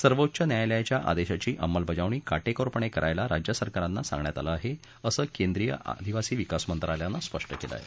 सर्वोच्च न्यायालयाच्या आदेशाची अमलबजावणी काटेकोरपणे करायला राज्यसरकारांना सांगण्यात आलं आहे असं केंद्रीय आदिवासी विकास मंत्रालयानं स्पष्ट केलं आहे